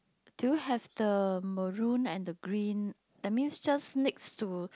do you have the maroon and the green that means just next to